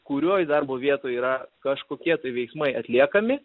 kurioj darbo vietoj yra kažkokie tai veiksmai atliekami